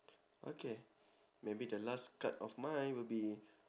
okay maybe the last card of mine will be